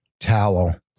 towel